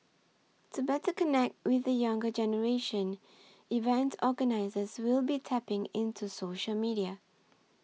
to better connect with the younger generation event organisers will be tapping into social media